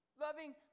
Loving